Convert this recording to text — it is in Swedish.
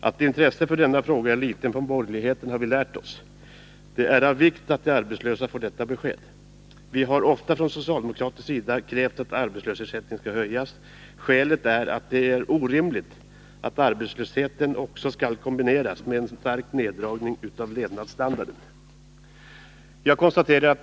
Att intresset för denna fråga är litet från borgerligheten har vi lärt oss. Det är av vikt att de arbetslösa får detta besked. Vi har ofta från socialdemokratisk sida krävt att arbetslöshetsersättningen skall höjas. Skälet är att det är orimligt att arbetslösheten också skall kombineras med en stark neddragning av levnadsstandarden.